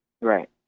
Right